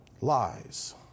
Lies